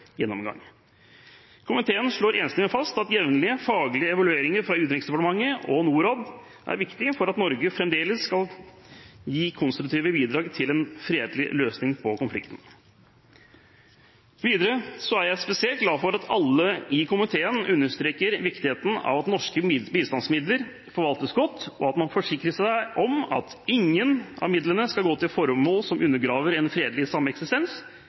gjennomgang. Komiteen slår enstemmig fast at jevnlige, faglige evalueringer fra Utenriksdepartementet og Norad er viktig for at Norge fremdeles skal kunne gi konstruktive bidrag til en fredelig løsning på konflikten. Videre er jeg spesielt glad for at alle i komiteen understreker viktigheten av at norske bistandsmidler forvaltes godt, og at man forsikrer seg om at ingen av midlene går til formål som undergraver en fredelig sameksistens